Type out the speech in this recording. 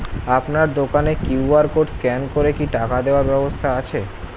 আপনার দোকানে QR code scan করে কি টাকা দেওয়ার ব্যবস্থা আছে?